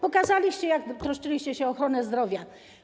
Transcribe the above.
Pokazaliście, jak troszczyliście się o ochronę zdrowia.